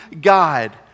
God